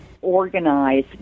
organize